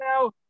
now